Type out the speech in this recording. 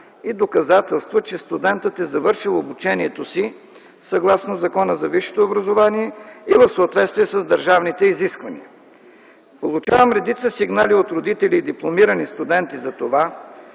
и доказателства, че студентът е завършил обучението си съгласно Закона за висшето образование и в съответствие с държавните изисквания. Получавам редица сигнали от родители и дипломирани студенти за това,